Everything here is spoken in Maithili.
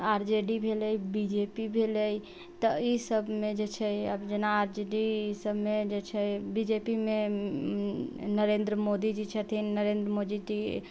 आर जे डी भेलै बी जे पी भेलै तऽ इसभमे जेछै आब जेना आर जे डी इसभमे जेछै बी जे पी मे नरेन्द्र मोदी जी छथिन नरेन्द्र मोदी जी